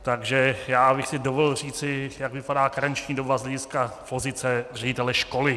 Takže já bych si dovolil říci, jak vypadá karenční doba z hlediska pozice ředitele školy.